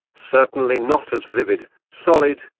certainly not as vivid, solid,